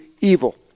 evil